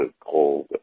cold